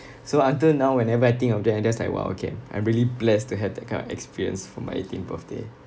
so until now whenever I think of that I'm just like !wow! okay I'm really blessed to have that kind of experience for my eighteenth birthday